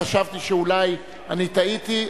חשבתי שאולי אני טעיתי.